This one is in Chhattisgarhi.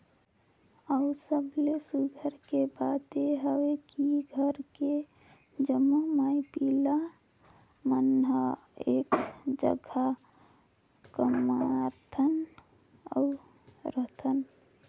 अउ सबले खुसी के बात ये हवे की घर के जम्मो माई पिला मन हर एक जघा कमाथन अउ रहथन